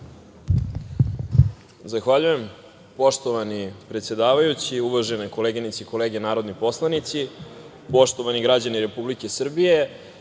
Zahvaljujem. Poštovani predsedavajući, uvažene koleginice i kolege narodni poslanici, poštovani građani Republike Srbije,